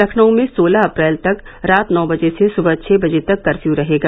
लखनऊ में सोलह अप्रैल तक रात नौ बजे से सुबह छह बजे तक कपर्यू रहेगा